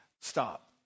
Stop